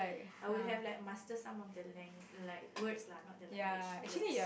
I would have master some of the lang~ like words lah not the language words